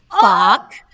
Fuck